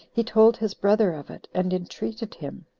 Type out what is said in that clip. he told his brother of it, and entreated him,